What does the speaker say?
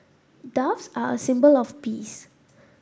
doves are a symbol of peace